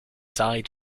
died